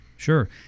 Sure